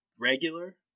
regular